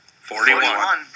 Forty-one